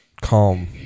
calm